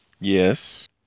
yes